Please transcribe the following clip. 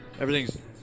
Everything's